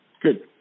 Good